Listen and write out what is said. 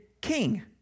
king